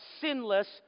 sinless